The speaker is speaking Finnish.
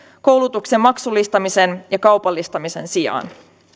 koulutuksen maksullistamisen ja kaupallistamisen sijaan